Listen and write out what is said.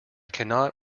cannot